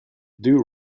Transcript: doo